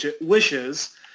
wishes